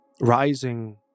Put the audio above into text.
rising